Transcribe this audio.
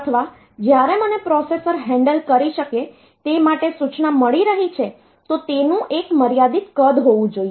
અથવા જ્યારે મને પ્રોસેસર હેન્ડલ કરી શકે તે માટે સૂચના મળી રહી છે તો તેનું એક મર્યાદિત કદ હોવું જોઈએ